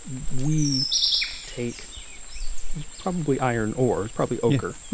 we take, it's probably iron ore, it's probably ochre,